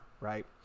Right